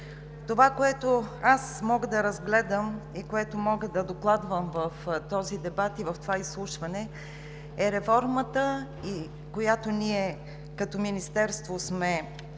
Това, което мога да разгледам и да докладвам в този дебат и в това изслушване, е реформата, която ние като Министерство сме